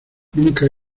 nunca